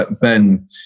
Ben